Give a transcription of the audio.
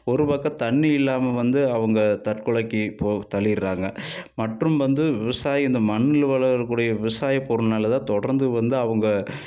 ஒரு பக்கம் தண்ணி இல்லாம வந்து அவங்க தற்கொலைக்கு போக தள்ளிடுறாங்க மற்றும் வந்து விவசாயி இந்த மண்ணில் வளரக்கூடிய விவசாயப் பொருள்னால தான் தொடர்ந்து வந்து அவங்க